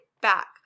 back